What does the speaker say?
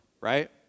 right